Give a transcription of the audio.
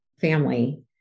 family